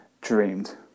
dreamed